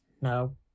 No